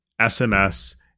SMS